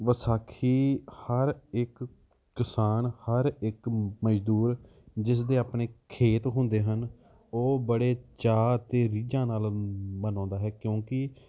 ਵਿਸਾਖੀ ਹਰ ਇੱਕ ਕਿਸਾਨ ਹਰ ਇੱਕ ਮਜ਼ਦੂਰ ਜਿਸਦੇ ਆਪਣੇ ਖੇਤ ਹੁੰਦੇ ਹਨ ਉਹ ਬੜੇ ਚਾਅ ਅਤੇ ਰੀਝਾਂ ਨਾਲ ਮਨਾਉਂਦਾ ਹੈ ਕਿਉਂਕਿ